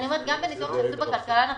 גם בניתוח שנעשה אצלנו בכלכלן הראשי,